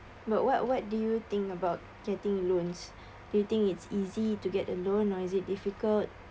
but what what do you think about getting loans do you think it's easy to get a loan or it is difficult